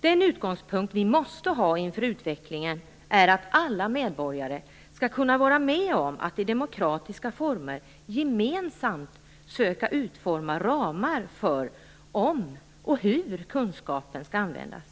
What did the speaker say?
Den utgångspunkt vi måste ha inför utvecklingen är att alla medborgare skall kunna vara med om att i demokratiska former gemensamt söka utforma ramar för om och i så fall hur kunskapen skall användas.